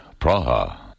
Praha